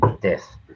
death